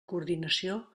coordinació